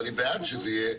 אני בעד שזה יהיה.